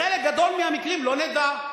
בחלק גדול מהמקרים לא נדע.